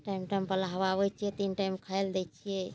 time time पर नहबाबै छियै तीन टाइम खाय लए दै छियै